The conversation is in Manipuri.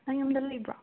ꯅꯪ ꯌꯨꯝꯗ ꯂꯕ꯭ꯔꯣ